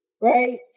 right